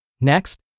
Next